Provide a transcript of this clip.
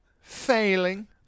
failing